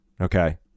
Okay